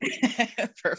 Perfect